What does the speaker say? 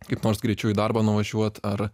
kaip nors greičiau į darbą nuvažiuot ar